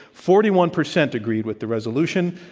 forty one percent agreed with the resolution,